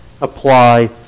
apply